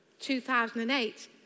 2008